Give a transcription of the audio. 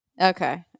okay